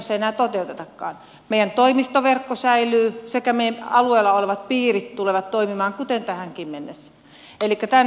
meidän toimistoverkko säilyy ja meidän alueilla olevat piirit tulevat toimimaan kuten tähänkin mennessä